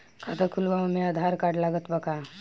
खाता खुलावे म आधार कार्ड लागत बा का?